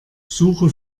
suche